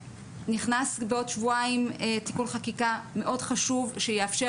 בעוד שבועיים נכנס תיקון חקיקה מאוד חשוב שיאפשר